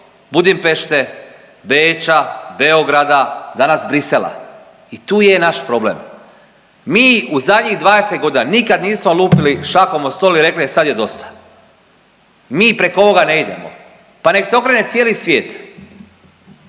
Budimpešte, Beča, Beograda danas Bruxellesa. I tu je naš problem. Mi u zadnjih 20 godina nikad nismo lupili šakom o stol i rekli e sad je dosta mi preko ovoga ne idemo pa nek se okrene cijeli svijet.